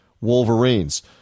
wolverines